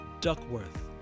duckworth